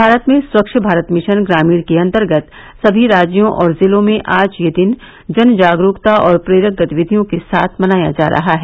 भारत में स्वच्छ भारत मिशन ग्रामीण के अंतर्गत सभी राज्यों और जिलों में आज यह दिन जन जागरूकता और प्रेरक गतिविधियों के साथ मनाया जा रहा है